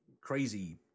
crazy